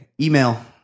Email